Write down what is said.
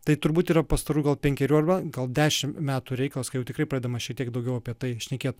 tai turbūt yra pastarųjų gal penkerių arba gal dešimt metų reikalas kai jau tikrai praeidama šitiek daugiau apie tai šnekėt